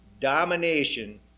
domination